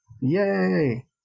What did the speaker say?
yay